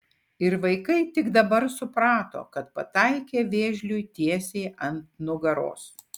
ir vaikai tik dabar suprato kad pataikė vėžliui tiesiai ant nugaros